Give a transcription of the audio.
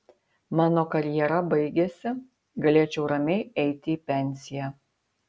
mano karjera baigiasi galėčiau ramiai eiti į pensiją